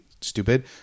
stupid